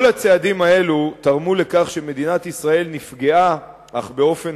כל הצעדים האלו תרמו לכך שמדינת ישראל נפגעה אך באופן